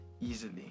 Easily